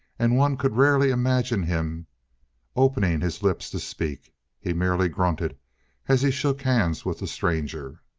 and one could rarely imagine him opening his lips to speak he merely grunted as he shook hands with the stranger.